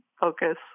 focus